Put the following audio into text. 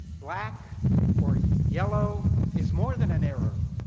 black or yellow is more than an error.